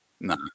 no